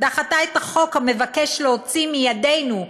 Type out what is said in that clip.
דחתה את החוק המבקש להוציא מידינו,